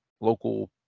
local